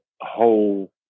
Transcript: whole